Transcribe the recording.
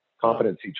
competency